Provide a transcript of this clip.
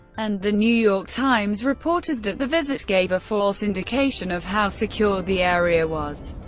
and the new york times reported that the visit gave a false indication of how secure the area was,